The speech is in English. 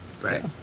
right